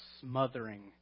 smothering